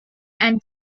and